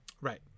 Right